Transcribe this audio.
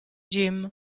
jim